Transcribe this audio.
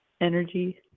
energy